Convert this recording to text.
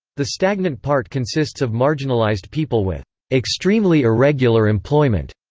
the stagnant part consists of marginalized people with extremely irregular employment.